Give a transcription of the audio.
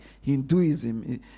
Hinduism